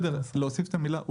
המילה: